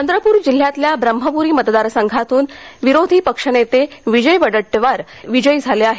चंद्रपूर जिल्ह्यातल्या ब्रह्मपुरी मतदार संघातून विरोधी पक्षनेते विजय वडेट्रीवार विजयी झाले आहेत